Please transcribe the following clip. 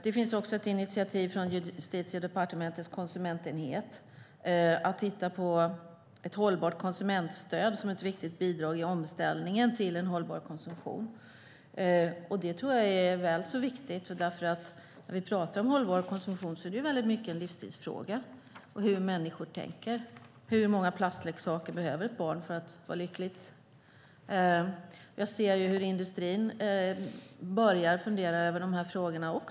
Det finns också ett initiativ från Justitiedepartementets konsumentenhet att titta på ett hållbart konsumentstöd som ett viktigt bidrag i omställningen till en hållbar konsumtion. Det är väl så viktigt. Hållbar konsumtion är en fråga om livsstil och hur människor tänker. Hur många plastleksaker behöver ett barn för att vara lyckligt? Jag ser hur industrin har börjat fundera över dessa frågor.